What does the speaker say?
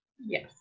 Yes